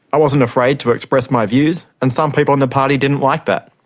i wasn't afraid to express my views and some people in the party didn't like that.